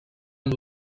amb